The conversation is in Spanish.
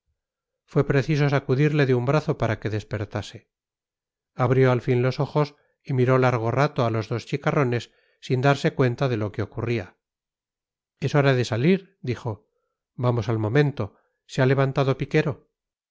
fue preciso sacudirle de un brazo para que despertase abrió al fin los ojos y miró largo rato a los dos chicarrones sin darse cuenta de lo que ocurría es hora de salir dijo vamos al momento se ha levantado piquero